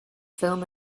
play